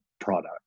product